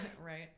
right